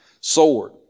sword